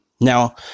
Now